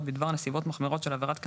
בדבר נסיבות מחמירות של עבירות קנס,